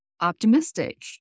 optimistic